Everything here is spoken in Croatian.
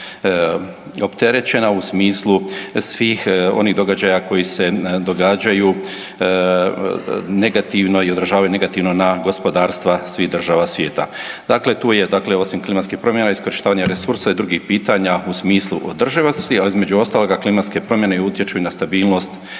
u smislu svih onih događaja koji se događaju negativno i odražavaju negativno na gospodarstva svih država svijeta. Dakle, tu je dakle osim klimatskih promjena i iskorištavanja resursa i drugih pitanja u smislu održivosti, a između ostaloga klimatske promjene utječu i na stabilnost